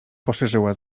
poszerzyła